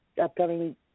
upcoming